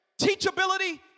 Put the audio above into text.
teachability